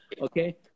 Okay